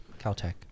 Caltech